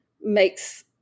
makes